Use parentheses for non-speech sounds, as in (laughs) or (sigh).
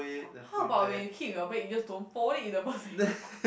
how about when you keep your bed you just don't fold it in the (laughs) first place